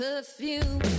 Perfume